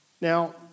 Now